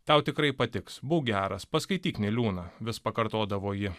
tau tikrai patiks būk geras paskaityk niliūną vis pakartodavo ji